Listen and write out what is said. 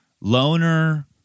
loner